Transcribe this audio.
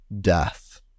death